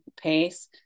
pace